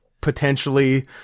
potentially